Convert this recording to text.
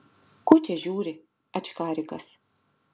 ko čia žiūri ačkarikas